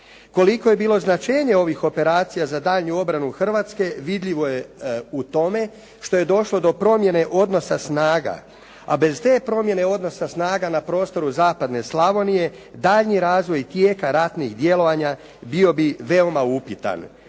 Koliko je bilo značenja ovih operacija za daljnju obranu Hrvatske vidljivo je u tome što je došlo do promjene odnosa snaga, a bez te promjene odnosa snaga na prostoru Zapadne Slavonije daljnji razvoj tijeka ratnih djelovanja bio bi veoma upitan.